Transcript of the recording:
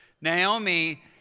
Naomi